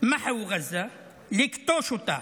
(חוזר על הדברים בערבית) לכתוש אותה.